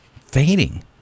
fading